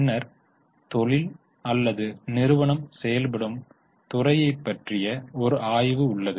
பின்னர் தொழில் அல்லது நிறுவனம் செயல்படும் துறையைப் பற்றிய ஒரு ஆய்வு உள்ளது